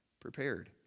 Prepared